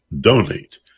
donate